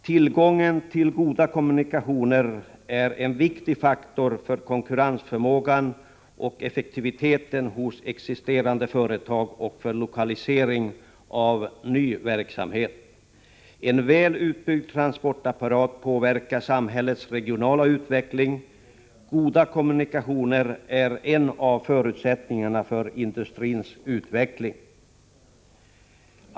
Tillgången till goda kommunikationer är en viktig faktor för konkurrensförmågan och effektiviteten hos existerande företag och för lokaliseringen av ny verksamhet. En väl utbyggd transportapparat påverkar samhällets regionala utveckling, och goda kommunikationer är en av förutsättningarna för industrins utveckling.